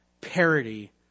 parody